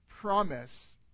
promise